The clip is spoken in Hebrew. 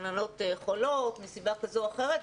גננות חולות מסיבה כזו או אחרת.